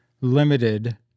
limited